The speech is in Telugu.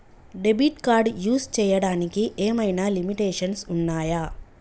డెబిట్ కార్డ్ యూస్ చేయడానికి ఏమైనా లిమిటేషన్స్ ఉన్నాయా?